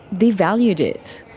devalued it.